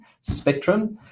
spectrum